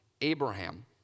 Abraham